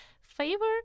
favor